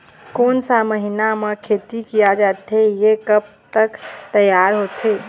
कोन सा महीना मा खेती किया जाथे ये कब तक तियार होथे?